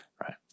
Right